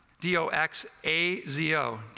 D-O-X-A-Z-O